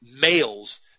males